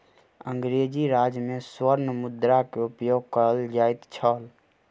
अंग्रेजी राज में स्वर्ण मुद्रा के उपयोग कयल जाइत छल